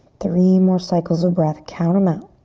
three more cycles of breath. count em out.